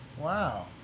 Wow